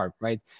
right